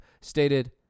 stated